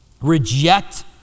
reject